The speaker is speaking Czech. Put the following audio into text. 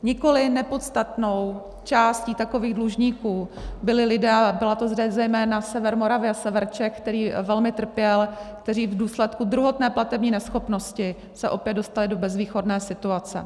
Nikoli nepodstatnou částí takových dlužníků byli lidé, a byl to zejména sever Moravy a sever Čech, který velmi trpěl, kteří v důsledku druhotné platební neschopnosti se opět dostali do bezvýchodné situace.